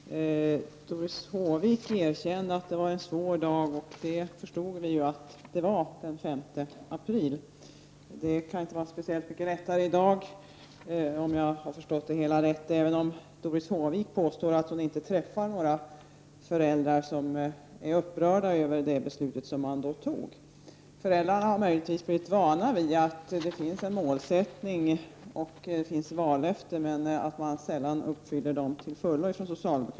Herr talman! Doris Håvik erkände att det var en svår dag den 5 april, och det förstod vi ju att det var — det kan inte vara speciellt mycket lättare i dag, om jag har förstått det hela rätt — även om Doris Håvik påstår att hon inte träffar några föräldrar som är upprörda över det beslut som då fattades. Föräldrarna har möjligtvis blivit vana vid att det finns en målsättning och att det finns vallöften men att socialdemokraterna sällan uppfyller dem till fullo.